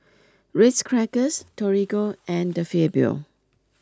Ritz Crackers Torigo and De Fabio